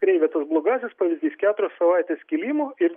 kreivė tas blogasis pavyzdys keturios savaitės kilimo ir